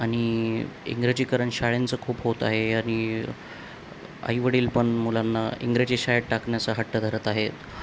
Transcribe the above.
आणि इंग्रजीकरण शाळेंचं खूप होत आहे आणि आईवडील पण मुलांना इंग्रजी शाळेत टाकण्याचा हट्ट धरत आहेत